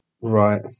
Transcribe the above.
Right